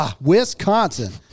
Wisconsin